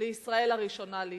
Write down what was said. לישראל הראשונה להתקיים.